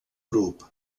grup